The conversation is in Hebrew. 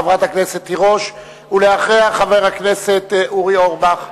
חברת הכנסת תירוש, ואחריה, חבר הכנסת אורי אורבך.